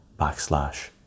backslash